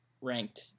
ranked